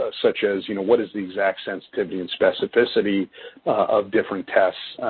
ah such as, you know, what is the exact sensitivity and specificity of different tests